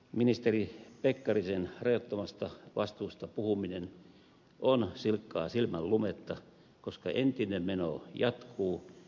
ministeri pekkarisen rajoittamattomasta vastuusta puhuminen on silkkaa silmänlumetta koska entinen meno jatkuu